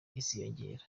iziyongera